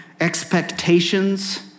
expectations